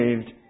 saved